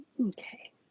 Okay